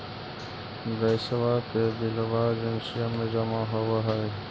गैसवा के बिलवा एजेंसिया मे जमा होव है?